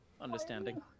understanding